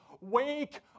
wake